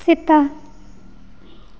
ᱥᱮᱛᱟ